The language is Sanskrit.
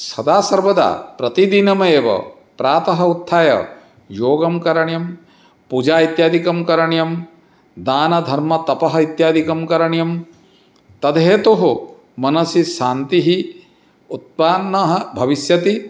सदा सर्वदा प्रतिदिनमेव प्रातः उत्थाय योगः करणीयः पूजा इत्यादिकं करणीयं दानं धर्मः तपः इत्यादिकं करणीयं तद् हेतुः मनसि शान्तिः उत्पन्नं भविष्यति